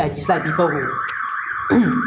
so it's like very annoying ah this kind of thing and then